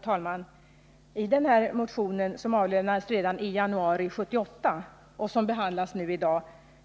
Herr talman! I en motion som avlämnades redan i januari 1978 och som behandlas nu i dag